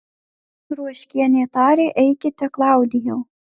ruoškienė tarė eikite klaudijau